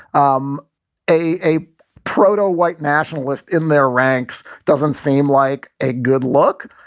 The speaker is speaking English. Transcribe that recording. um a a proteau white nationalists in their ranks. doesn't seem like a good look,